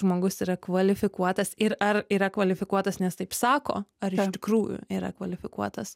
žmogus yra kvalifikuotas ir ar yra kvalifikuotas nes taip sako ar iš tikrųjų yra kvalifikuotas